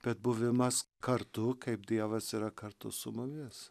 bet buvimas kartu kaip dievas yra kartu su mumis